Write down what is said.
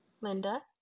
Linda